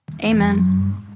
Amen